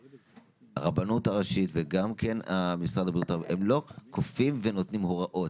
הרבנות הראשית וגם משרד הבריאות לא כופים ונותנים הוראות.